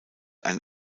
ein